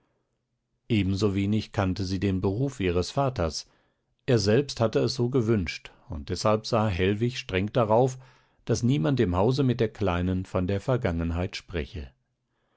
ebensowenig kannte sie den beruf ihres vaters er selbst hatte es so gewünscht und deshalb sah hellwig streng darauf daß niemand im hause mit der kleinen von der vergangenheit spreche